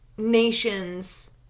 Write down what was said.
Nations